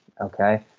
okay